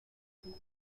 chile